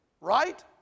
Right